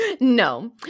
no